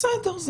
בסדר.